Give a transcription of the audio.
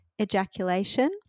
ejaculation